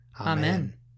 Amen